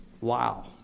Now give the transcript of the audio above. wow